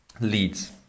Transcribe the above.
Leads